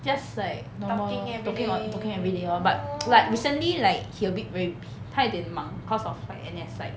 just like normal lor talking everyday but like recently like he a bit very 他有点忙 cause of like N_S side